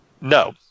No